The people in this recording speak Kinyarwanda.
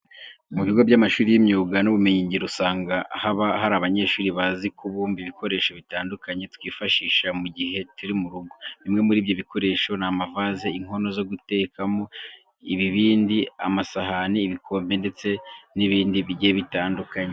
Mu bigo by'amashuri y'imyuga n'ubumenyingiro usanga haba hari abanyeshuri bazi kubumba ibikoresho bitandukanye twifashisha mu gihe turi mu rugo. Bimwe muri ibyo bikoresho ni amavaze, inkono zo gutekamo, ibibindi, amasahani, ibikombe ndetse n'ibindi bigiye bitandukanye.